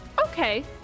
okay